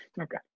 Okay